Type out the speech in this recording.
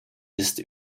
ist